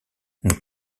nous